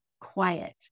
quiet